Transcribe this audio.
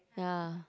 ya